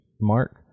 mark